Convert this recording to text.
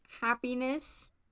happiness